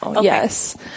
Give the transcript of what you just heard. yes